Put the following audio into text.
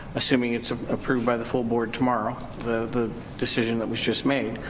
assuming it's approved by the full board tomorrow, the decision that was just made.